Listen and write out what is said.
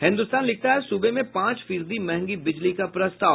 हिन्दुस्तान लिखता है सूबे में पांच फीसदी महंगी बिजली का प्रस्ताव